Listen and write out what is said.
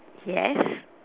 yes